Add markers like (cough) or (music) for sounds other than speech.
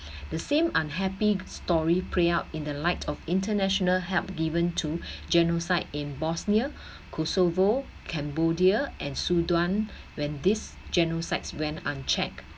the same unhappy story play out in the light of international help given to (breath) genocide in bosnia kosovo cambodia and sudan when this genocide went unchecked